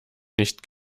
nicht